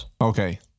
Okay